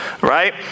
right